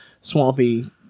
swampy